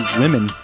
women